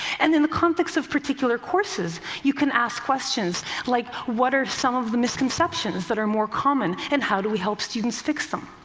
and in the context of particular courses, you can ask questions like, what are some of the misconceptions that are more common and how do we help students fix them?